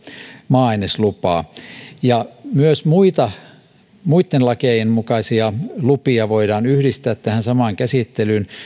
maa aineslupaa myös muitten lakien mukaisia lupia voidaan yhdistää tähän samaan käsittelyyn